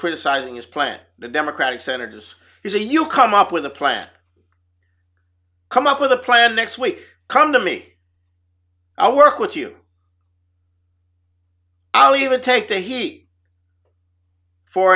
criticizing his plan the democratic senators who say you come up with a plan come up with a plan next week come to me i'll work with you i'll even take the heat for